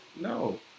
No